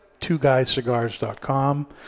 TwoGuysCigars.com